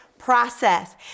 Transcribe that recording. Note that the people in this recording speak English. process